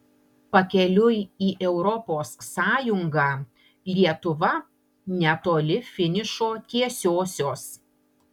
pakeliui į europos sąjungą lietuva netoli finišo tiesiosios